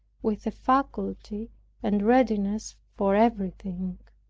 with a faculty and readiness for everything.